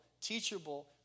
teachable